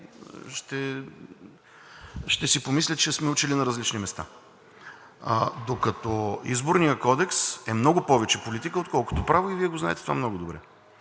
Ще си помисля, че сме учили на различни места. Докато Изборният кодекс е много повече политика, отколкото право, и Вие го знаете това много добре.